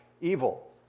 evil